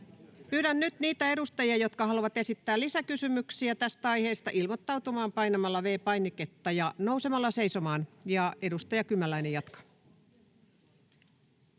Pyydän nyt niitä edustajia, jotka haluavat esittää lisäkysymyksiä tästä aiheesta, ilmoittautumaan painamalla V-painiketta ja nousemalla seisomaan. — Ja edustaja Kymäläinen jatkaa.